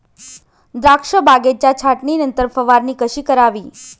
द्राक्ष बागेच्या छाटणीनंतर फवारणी कशी करावी?